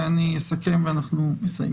ואז אני אסכם ונסיים.